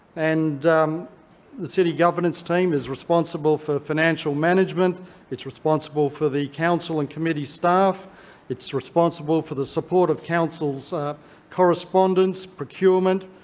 and um the city governance team is responsible for financial management it's responsible for the council and committee staff it's responsible for the support of council's correspondence, procurement,